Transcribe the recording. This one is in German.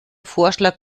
vorschlag